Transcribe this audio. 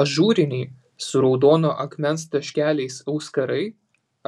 ažūriniai su raudono akmens taškeliais auskarai